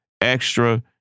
extra